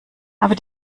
aber